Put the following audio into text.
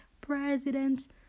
president